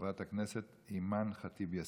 חברת הכנסת אימאן ח'טיב יאסין,